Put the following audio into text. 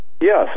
Yes